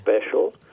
special